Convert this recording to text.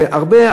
זה הרבה,